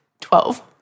Twelve